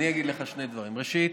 אני אגיד לך שני דברים: ראשית,